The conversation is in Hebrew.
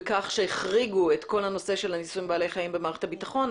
בכך שהחריגו את כל הנושא של הניסויים בבעלי חיים במערכת הביטחון,